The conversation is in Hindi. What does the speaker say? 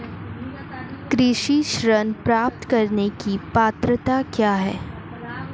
कृषि ऋण प्राप्त करने की पात्रता क्या है?